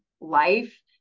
life